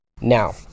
Now